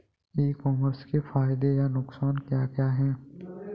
ई commerce के फायदे या नुकसान क्या क्या हैं?